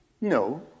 No